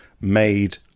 made